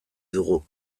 dugu